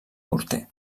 morter